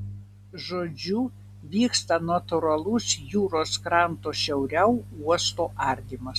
žodžiu vyksta natūralus jūros kranto šiauriau uosto ardymas